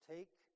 Take